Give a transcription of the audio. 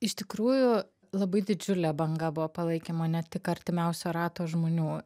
iš tikrųjų labai didžiulė banga buvo palaikymo ne tik artimiausio rato žmonių